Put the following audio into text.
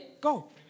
go